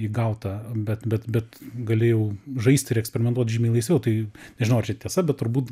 įgautą bet bet bet gali jau žaisti ir eksperimentuot žymiai laisviau tai nežinau ar čia tiesa bet turbūt